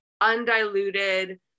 undiluted